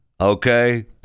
okay